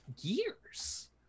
years